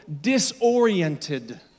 disoriented